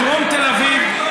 לדרום תל אביב,